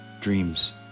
dreams